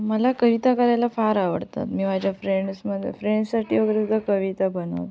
मला कविता करायला फार आवडतात मी माझ्या फ्रेंड्समध्ये फ्रेंडसाठी वगैरे सुद्धा कविता बनवते